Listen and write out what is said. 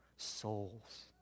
souls